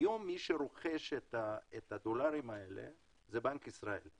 היום מי שרוכש את הדולרים האלה זה בנק ישראל.